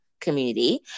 community